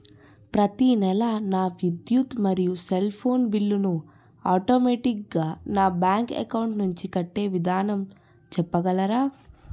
ప్రతి నెల నా విద్యుత్ మరియు సెల్ ఫోన్ బిల్లు ను ఆటోమేటిక్ గా నా బ్యాంక్ అకౌంట్ నుంచి కట్టే విధానం చెప్పగలరా?